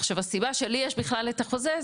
עכשיו הסיבה שלי יש בכלל את החוזה,